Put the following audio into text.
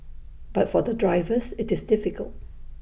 but for the drivers IT is difficult